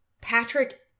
Patrick